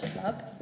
club